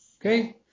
Okay